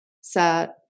sat